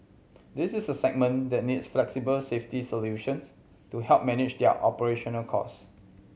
this is a segment that needs flexible safety solutions to help manage their operational cost